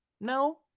No